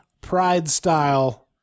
pride-style